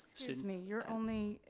excuse me, you're only,